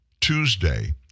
Tuesday